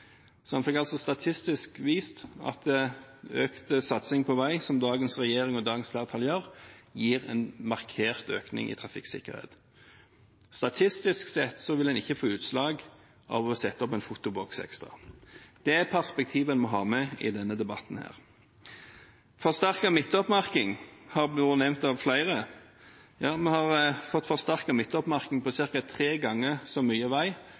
Så en fikk altså statistisk vist at økt satsing på vei, som dagens regjering og dagens flertall gjør, gir en markert økning i trafikksikkerhet. Statistisk sett vil en ikke få utslag av å sette opp en fotoboks ekstra. Det er et perspektiv en må ha med i denne debatten. Forsterket midtoppmerking har vært nevnt av flere. Ja, vi har fått forsterket midtoppmerking på ca. tre ganger så mye vei